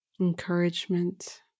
encouragement